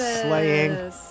Slaying